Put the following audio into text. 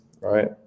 right